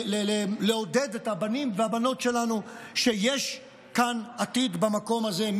לעודד את הבנים והבנות שלנו שיש עתיד כאן במקום הזה.